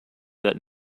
that